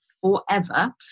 forever